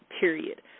period